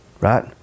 right